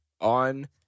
on